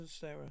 sarah